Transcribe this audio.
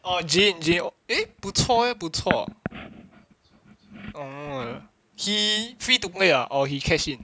oh jean jean oh eh 不错 eh 不错 um ah he free to play ah or he catch it